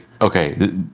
okay